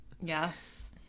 Yes